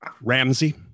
Ramsey